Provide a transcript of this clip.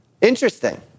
Interesting